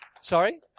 Sorry